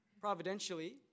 Providentially